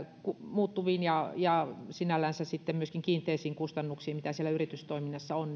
muuttuviin ja ja sinällänsä sitten myöskin kiinteisiin kustannuksiin mitä siellä yritystoiminnassa on